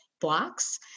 blocks